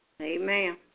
Amen